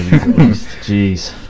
Jeez